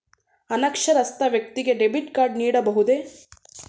ಅನಕ್ಷರಸ್ಥ ವ್ಯಕ್ತಿಗೆ debit card ನೀಡಬಹುದೇ?